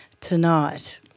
tonight